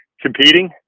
competing